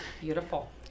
Beautiful